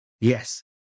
Yes